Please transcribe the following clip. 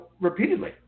repeatedly